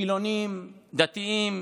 חילונים, דתיים,